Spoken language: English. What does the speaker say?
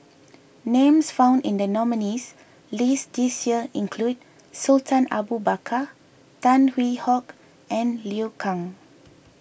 names found in the nominees' list this year include Sultan Abu Bakar Tan Hwee Hock and Liu Kang